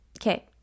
okay